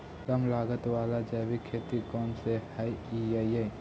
कम लागत वाला जैविक खेती कौन कौन से हईय्य?